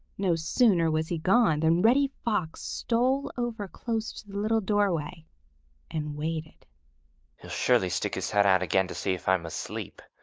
no sooner was he gone than reddy fox stole over close to the little doorway and waited. he'll surely stick his head out again to see if i'm asleep,